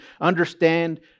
understand